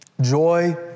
Joy